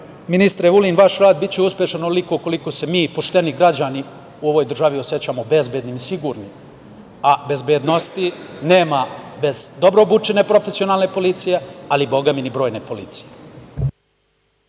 ministre Vulin, da će vaš rad biti uspešan onoliko koliko se mi pošteni građani u ovoj državi osećamo bezbednim i sigurnim, a bezbednosti nema bez dobro obučene profesionalne policije, ali bogami, ni brojne policije.